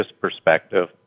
perspective